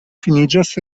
finiĝas